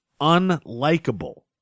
unlikable